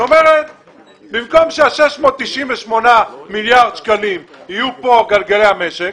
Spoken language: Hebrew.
היא אומרת שה-698 מיליארד שקלים יהיו כאן גלגלי המשק,